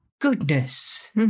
goodness